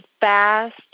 fast